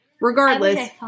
Regardless